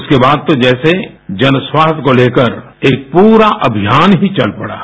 उसके बाद तो जैसे जन स्वास्थ्य को लेकर एक पूरा अभियान ही चल पड़ा